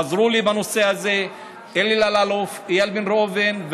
עזרו לי בנושא הזה אלי אלאלוף ואיל בן ראובן.